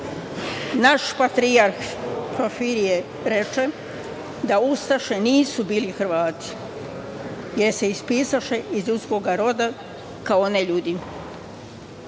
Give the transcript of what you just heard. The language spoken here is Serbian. patrijarh Porfirije reče da ustaše nisu bili Hrvati, jer se ispisaše iz ljudskoga roda kao neljudi.